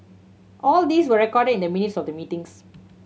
all these were recorded in the minutes of the meetings